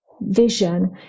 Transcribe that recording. vision